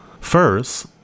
First